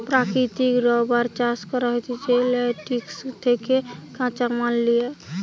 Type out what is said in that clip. প্রাকৃতিক রাবার চাষ করা হতিছে ল্যাটেক্স থেকে কাঁচামাল লিয়া